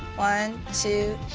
one, two,